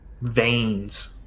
veins